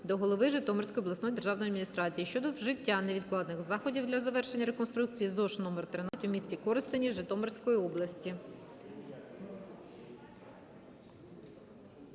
до голови Житомирської обласної державної адміністрації щодо вжиття невідкладних заходів для завершення реконструкції ЗОШ №13 в місті Коростені Житомирської області.